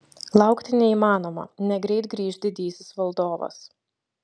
laukti neįmanoma negreit grįš didysis valdovas